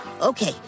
Okay